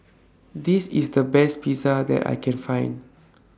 This IS The Best Pizza that I Can Find